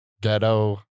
Ghetto